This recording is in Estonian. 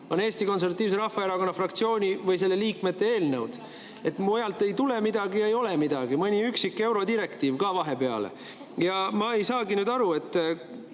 on Eesti Konservatiivse Rahvaerakonna fraktsiooni või selle liikmete eelnõud. Mujalt ei tule midagi, ei ole midagi, mõni üksik eurodirektiiv ka vahepeale. Ja ma ei saagi nüüd aru.